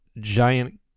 giant